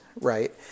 right